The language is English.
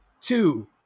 two